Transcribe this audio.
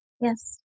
Yes